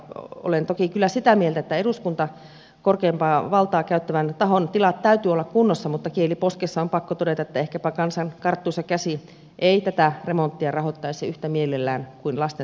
olen toki kyllä sitä mieltä että eduskunnan korkeinta valtaa käyttävän tahon tilojen täytyy olla kunnossa mutta kieli poskessa on pakko todeta että ehkäpä kansan karttuisa käsi ei tätä remonttia rahoittaisi yhtä mielellään kuin lastensairaalan remonttia